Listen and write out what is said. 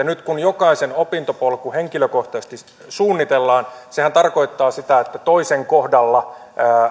nyt kun jokaisen opintopolku henkilökohtaisesti suunnitellaan niin sehän tarkoittaa sitä että toisen kohdalla